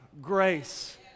grace